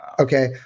Okay